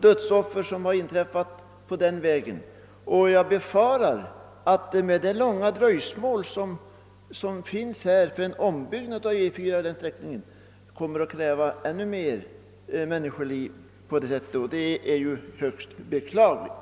Det har inträffat åtskilliga dödsolyckor där. Och med det långa dröjsmål vi nu har med ombyggnaden av E 4:an på den sträckan i brist på medel befarar jag att ännu fler människoliv kommer att krävas på den vägen. Det är mycket beklagligt.